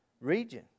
region